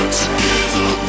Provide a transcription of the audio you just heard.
together